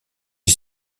est